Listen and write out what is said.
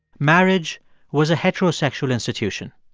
marriage was a heterosexual institution.